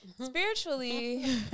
spiritually